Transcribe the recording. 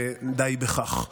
ודי בכך.